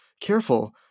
Careful